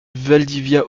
valdivia